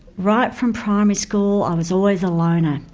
right from primary school i was always a loner,